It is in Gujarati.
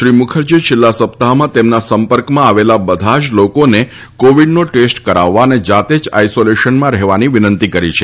શ્રી મુખરજીએ છેલ્લાં સપ્તાહમાં તેમના સંપર્કમાં આવેલા બધા જ લોકોને કોવિડનો ટેસ્ટ કરાવવા તથા જાતે જ આઈસોલેશનમાં રહેવાની વિનંતી કરી છે